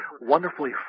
wonderfully